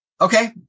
Okay